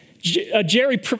Jerry